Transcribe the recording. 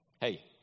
Hey